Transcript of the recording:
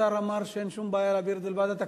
השר אמר שאין שום בעיה להעביר את זה לוועדת הכספים.